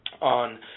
on